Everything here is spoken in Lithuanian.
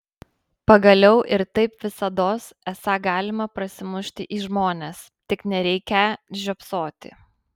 pagaliau ir taip visados esą galima prasimušti į žmones tik nereikią žiopsoti